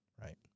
right